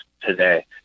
today